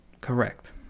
Correct